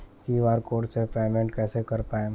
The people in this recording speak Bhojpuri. क्यू.आर कोड से पेमेंट कईसे कर पाएम?